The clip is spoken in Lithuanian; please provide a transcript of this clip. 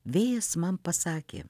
vėjas man pasakė